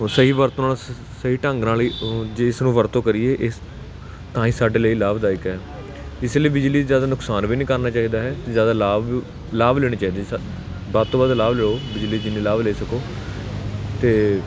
ਉਹ ਸਹੀ ਵਰਤੋਂ ਨਾਲ ਸ ਸਹੀ ਢੰਗ ਨਾਲ ਅਸੀਂ ਜੇ ਇਸ ਨੂੰ ਵਰਤੋਂ ਕਰੀਏ ਇਸ ਤਾਂ ਇਹ ਸਾਡੇ ਲਈ ਲਾਭਦਾਇਕ ਹੈ ਇਸ ਲਈ ਬਿਜਲੀ ਜ਼ਿਆਦਾ ਨੁਕਸਾਨ ਵੀ ਨਹੀਂ ਕਰਨਾ ਚਾਹੀਦਾ ਹੈ ਜ਼ਿਆਦਾ ਲਾਭ ਲਾਭ ਲੈਣੇ ਚਾਹੀਦੇ ਸਾਨੂੰ ਵੱਧ ਤੋਂ ਵੱਧ ਲਾਭ ਲਓ ਬਿਜਲੀ ਦੇ ਜਿੰਨੇ ਲਾਭ ਲੈ ਸਕੋ ਅਤੇ